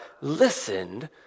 listened